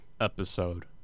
episode